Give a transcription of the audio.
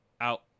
out